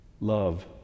love